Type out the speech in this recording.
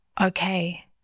okay